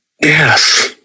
Yes